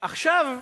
עכשיו,